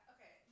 Okay